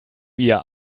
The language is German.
ihr